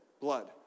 blood